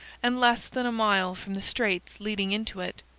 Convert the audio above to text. and less than a mile from the straits leading into it,